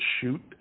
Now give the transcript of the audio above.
shoot